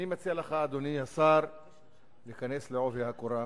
אני מציע לך, אדוני השר, להיכנס בעובי הקורה.